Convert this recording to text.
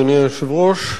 אדוני היושב-ראש,